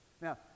Now